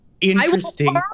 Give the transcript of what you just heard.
interesting